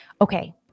Okay